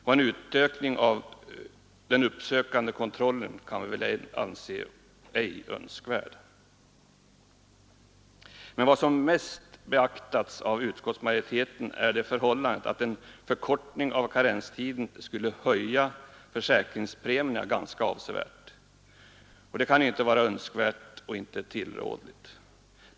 Någon utökning av den uppsökande kontrollen kan vi väl anse som ej önskvärd. Vad som mest beaktats av utskottsmajoriteten är det förhållandet att en förkortning av karenstiden ganska avsevärt skulle höja försäkringspremierna. Det kan inte vara önskvärt och tillrådligt.